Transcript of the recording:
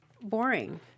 boring